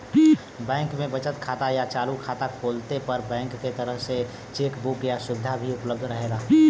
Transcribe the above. bank में बचत खाता या चालू खाता खोलले पर बैंक के तरफ से चेक बुक क सुविधा भी उपलब्ध रहेला